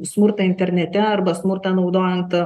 smurtą internete arba smurtą naudojant